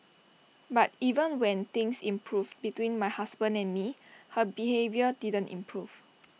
but even when things improved between my husband and me her behaviour didn't improve